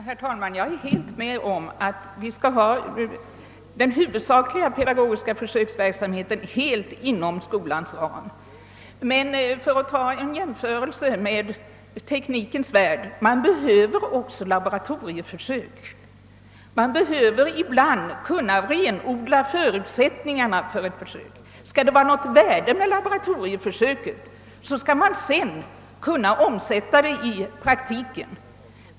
Herr talman! Jag är helt med om att den huvudsakliga pedagogiska försöksverksamheten skall ske inom skolans ram. För att ta en jämförelse med teknikens värld kan jag säga att man också behöver laboratorieförsök. Ibland behöver man kunna renodla förutsättningarna för ett försök. Om det skall vara något värde med laboratorieförsöken, skall man sedan kunna omsätta resultaten av dessa i praktiken.